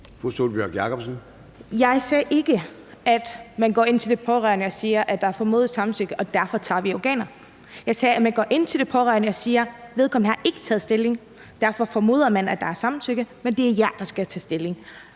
Jeg sagde ikke, at man går ind til de pårørende og siger: Der er formodet samtykke, og derfor tager vi organer. Jeg sagde, at man går ind til de pårørende og siger: Vedkommende har ikke taget stilling, og derfor formoder vi, at der er samtykke; men det er jer, der skal tage stilling.